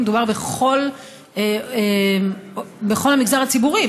מדובר בכל המגזר הציבורי,